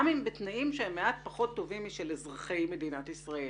גם בתנאים שהם מעט פחות טובים משל אזרחי מדינת ישראל.